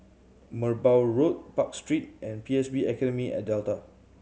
Merbau Road Park Street and P S B Academy at Delta